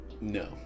no